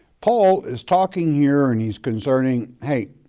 paul is talking here and he's concerning, hey,